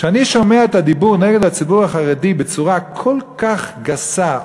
כשאני שומע את הדיבור נגד הציבור החרדי בצורה כל כך גסה,